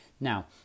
Now